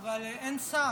אבל אין שר.